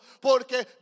porque